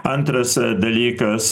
antras dalykas